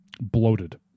bloated